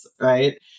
right